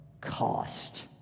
cost